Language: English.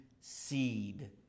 seed